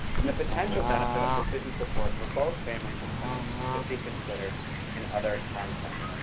and the potential benefit of decision-support for both families and clinicians should be considered in other contexts.